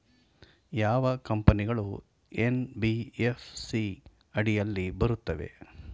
ಯಾವ ಕಂಪನಿಗಳು ಎನ್.ಬಿ.ಎಫ್.ಸಿ ಅಡಿಯಲ್ಲಿ ಬರುತ್ತವೆ?